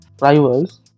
rivals